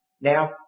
Now